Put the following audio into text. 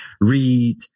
read